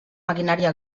maquinària